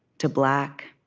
to black.